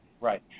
Right